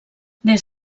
des